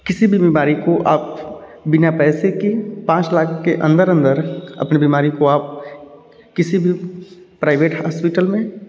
किसी भी बीमारी को आप बिना पैसे की पाँच लाख के अन्दर अन्दर अपने बीमारी को आप किसी भी प्राइवेट हॉस्पिटल में